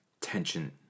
tension